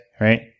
Right